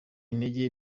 intege